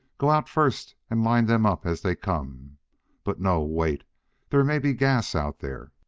go out first and line them up as they come but, no, wait there may be gas out there.